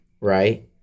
Right